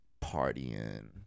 Partying